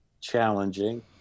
challenging